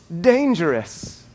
dangerous